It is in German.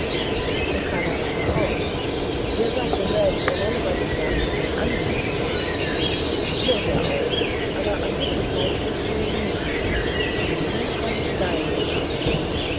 und kala rama auch er sagte selbst er wollte bei dem gartenfest anwesend sein wird er auch aber an diesem zeitpunkt schon nicht mehr denn nun kommt dein departement